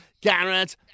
Garrett